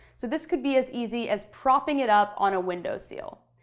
so this could be as easy as propping it up on a windowsill.